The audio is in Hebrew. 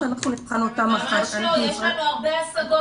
יש לנו הרבה השגות,